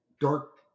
dark